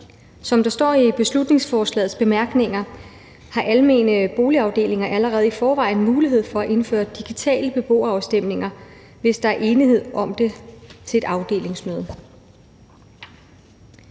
Som der står i beslutningsforslagets bemærkninger, har almene boligafdelinger allerede i forvejen mulighed for at indføre digitale beboerafstemninger, hvis der er enighed om det til et afdelingsmøde.